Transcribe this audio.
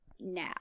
Now